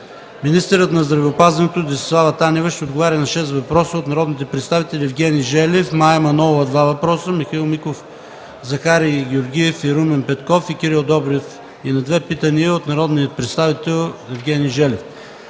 Министърът на здравеопазването Десислава Атанасова ще отговори на 6 въпроса от народните представители Евгений Желев, Мая Манолова – 2 въпроса, Михаил Миков, Захари Георгиев, и Румен Петков и Кирил Добрев, и на 2 питания от народния представител Евгений Желев.